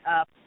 up